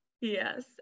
Yes